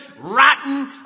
rotten